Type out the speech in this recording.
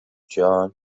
john